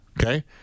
Okay